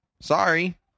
Sorry